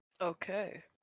Okay